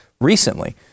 recently